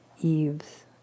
eaves